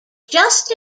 just